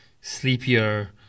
sleepier